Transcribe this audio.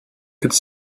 could